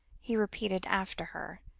he repeated after her,